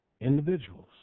individuals